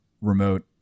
remote